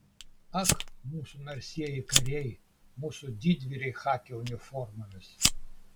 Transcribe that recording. ak mūsų narsieji kariai mūsų didvyriai chaki uniformomis